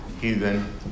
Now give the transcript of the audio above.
heathen